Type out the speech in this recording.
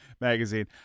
magazine